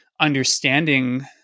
understanding